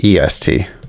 EST